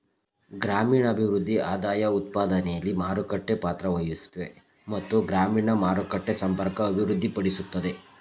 ಗ್ರಾಮೀಣಭಿವೃದ್ಧಿ ಆದಾಯಉತ್ಪಾದನೆಲಿ ಮಾರುಕಟ್ಟೆ ಪಾತ್ರವಹಿಸುತ್ವೆ ಮತ್ತು ಗ್ರಾಮೀಣ ಮಾರುಕಟ್ಟೆ ಸಂಪರ್ಕ ಅಭಿವೃದ್ಧಿಪಡಿಸ್ತದೆ